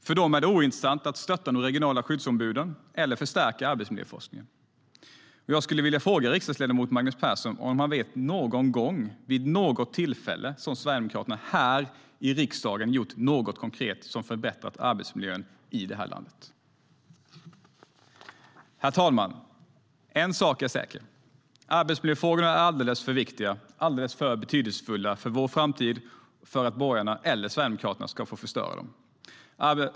För dem är det ointressant att stötta de regionala skyddsombuden eller förstärka arbetsmiljöforskningen. Jag skulle vilja fråga riksdagsledamot Magnus Persson om han vet att Sverigedemokraterna någon gång, vid något tillfälle, i riksdagen gjort något konkret som förbättrat arbetsmiljön i det här landet. Herr talman! En sak är säker. Arbetsmiljöfrågorna är alldeles för viktiga, alldeles för betydelsefulla, för vår framtid för att borgarna eller Sverigedemokraterna ska få förstöra dem.